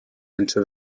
into